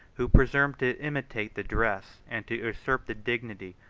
who presumed to imitate the dress, and to usurp the dignity,